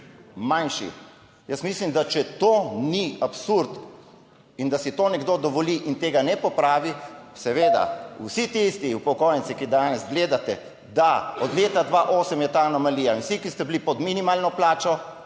manjši. Jaz mislim, da če to ni absurd in da si to nekdo dovoli in tega ne popravi, seveda vsi tisti upokojenci, ki danes gledate, da od leta 2008 je ta anomalija in vsi, ki ste bili pod minimalno plačo,